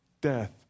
death